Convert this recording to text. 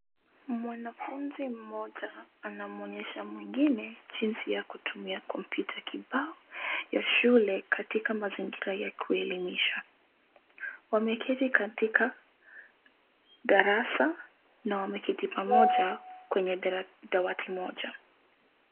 Mwanafunzi mmoja anamwonyesha mwingine jinsi ya kutumia kompyuta kibao ya shule katika mazingira ya kuelimisha. Wameketi katika darasa na wameketi pamoja kwenye dawati moja.